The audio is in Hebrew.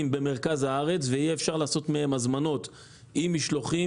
במרכז הארץ ויהיה אפשר לעשות מהם הזמנות עם משלוחים.